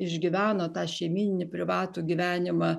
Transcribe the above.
išgyveno tą šeimyninį privatų gyvenimą